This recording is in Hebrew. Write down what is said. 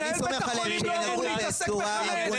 מנהל בית החולים לא אמור להתעסק בחמץ,